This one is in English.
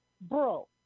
bro